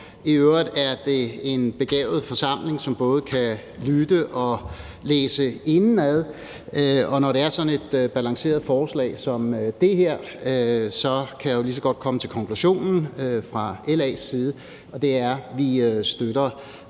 i øvrigt er det en begavet forsamling, som både kan lytte og læse indenad. Og når det er sådan et balanceret forslag som det her, kan jeg jo lige så godt komme til konklusionen fra LA's side, og det er, at vi støtter